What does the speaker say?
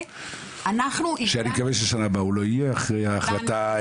אני מקווה ששנה הבאה הוא לא יהיה אחרי ההחלטה.